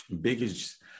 biggest